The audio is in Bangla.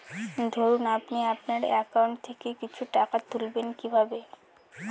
ধরুন আপনি আপনার একাউন্ট থেকে কিছু টাকা তুলবেন কিভাবে?